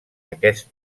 aquest